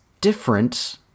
different